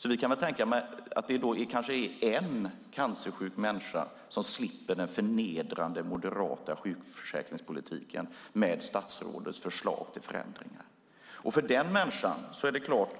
Jag kan tänka mig att det kanske är en cancersjuk människa som slipper den förnedrande moderata sjukförsäkringspolitiken med statsrådets förslag till förändringar. För den människan är det så klart